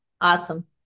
Awesome